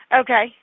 Okay